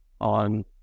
on